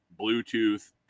Bluetooth